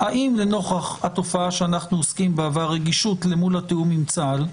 האם נוכח התופעה שאנחנו עוסקים בה והרגישות למול התיאום עם צה"ל,